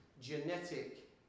genetic